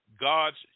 gods